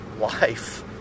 Life